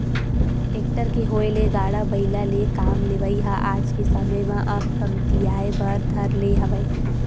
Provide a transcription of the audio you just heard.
tractor के होय ले गाड़ा बइला ले काम लेवई ह आज के समे म अब कमतियाये बर धर ले हवय